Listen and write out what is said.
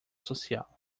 social